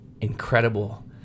incredible